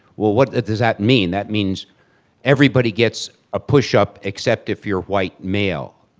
what does that mean? that means everybody gets a push up except if you're white male,